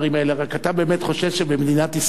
רק אתה באמת חושב שבמדינת ישראל,